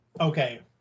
okay